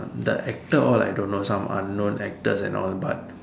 the actor all I don't know some unknown actors and all but